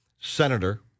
senator